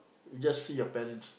just see your parents